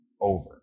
over